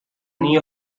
knee